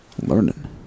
Learning